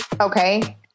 Okay